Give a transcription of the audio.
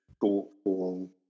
thoughtful